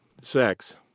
Sex